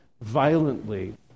violently